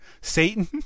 Satan